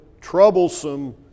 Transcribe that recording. troublesome